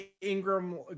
Ingram